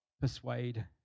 persuade